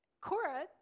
Cora